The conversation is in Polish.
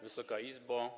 Wysoka Izbo!